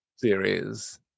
series